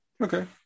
Okay